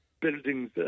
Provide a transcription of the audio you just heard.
buildings